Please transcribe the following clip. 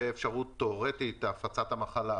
ואפשרות תיאורטית של הפצת המחלה,